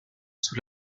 sous